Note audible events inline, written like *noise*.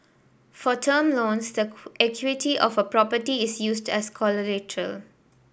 for term loans the *unintelligible* equity of a property is used as collateral